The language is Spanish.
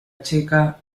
checa